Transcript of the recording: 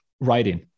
writing